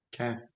Okay